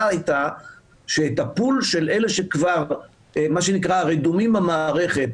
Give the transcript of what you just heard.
הייתה שאת הפול של אלה שכבר מה שנקרא הרדומים במערכת,